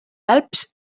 alps